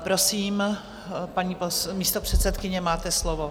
Prosím, paní místopředsedkyně, máte slovo.